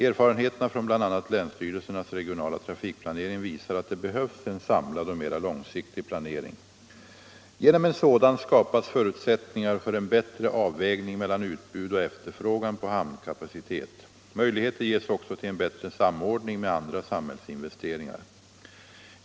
Erfarenheterna från bl.a. länsstyrelsernas regionala trafikplanering visar att det behövs en samlad mera långsiktig planering. Genom en sådan skapas förutsättningar för en bättre avvägning mellan utbud och efterfrågan på hamnkapacitet. Möjligheter ges också till en bättre samordning med andra samhällsinvesteringar.